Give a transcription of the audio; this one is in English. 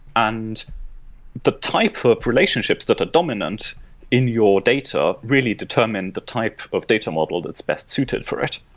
and the type of relationships that are dominant in your data really determine the type of data model that's best suited for it.